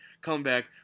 comeback